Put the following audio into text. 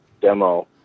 demo